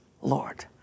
Lord